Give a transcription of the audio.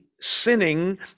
sinning